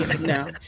no